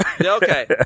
Okay